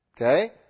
Okay